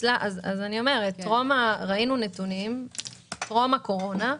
ראינו נתונים טרום הקורונה,